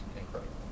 incredible